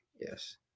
Yes